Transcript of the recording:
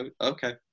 okay